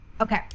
Okay